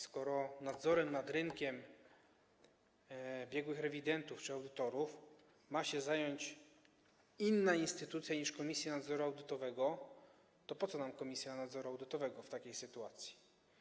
Skoro nadzorem nad rynkiem biegłych rewidentów czy audytorów ma się zająć inna instytucja niż Komisja Nadzoru Audytowego, to po co nam Komisja Nadzoru Audytowego w takiej sytuacji?